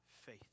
faith